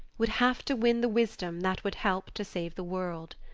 would have to win the wisdom that would help to save the world.